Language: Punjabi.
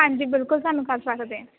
ਹਾਂਜੀ ਬਿਲਕੁਲ ਸਾਨੂੰ ਕਰ ਸਕਦੇ ਐ